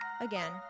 again